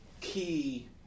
key